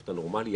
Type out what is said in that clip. אתה נורמאלי,